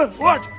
ah what?